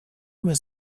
was